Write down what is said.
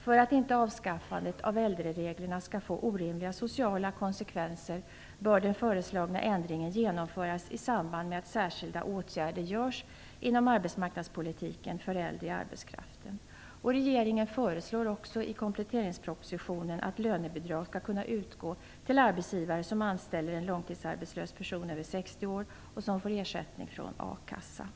För att inte avskaffandet av äldrereglerna skall få orimliga sociala konsekvenser bör den föreslagna ändringen genomföras i samband med att särskilda åtgärder vidtas inom arbetsmarknadspolitiken för den äldre arbetskraften. Regeringen föreslår också i kompletteringspropositionen att lönebidrag skall kunna utgå till arbetsgivare som anställer en långtidsarbetslös person över 60 år som får ersättning från a-kassa.